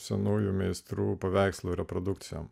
senųjų meistrų paveikslų reprodukcijom